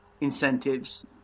incentives